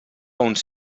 uns